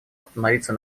остановиться